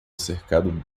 cercado